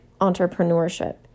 entrepreneurship